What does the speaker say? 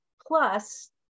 plus